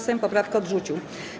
Sejm poprawkę odrzucił.